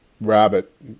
rabbit